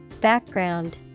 Background